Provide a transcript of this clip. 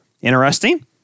interesting